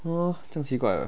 这样奇怪的